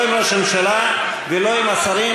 לא עם ראש הממשלה ולא עם השרים,